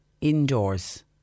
indoors